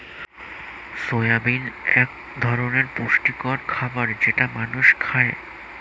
soybean এক ধরনের পুষ্টিকর খাবার যেটা মানুষ খায়